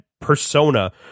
persona